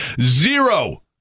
zero